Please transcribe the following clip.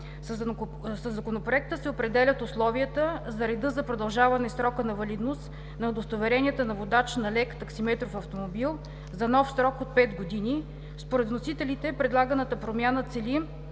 Със Законопроекта се определят условията за реда за продължаване срока на валидност на удостоверенията на водач на лек таксиметров автомобил за нов срок от 5 години. Според вносителите предлаганата промяна цели